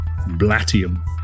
Blatium